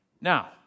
Now